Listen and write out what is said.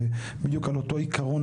זה בדיוק על אותו עיקרון,